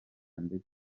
ndetse